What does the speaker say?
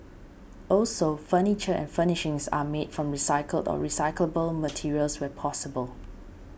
also furniture and furnishings are made from recycled or recyclable materials where possible